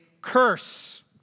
curse